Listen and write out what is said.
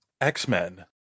x-men